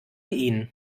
ihnen